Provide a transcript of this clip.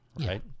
right